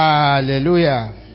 Hallelujah